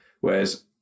whereas